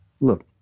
look